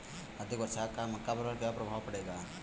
अधिक वर्षा का मक्का पर क्या प्रभाव पड़ेगा?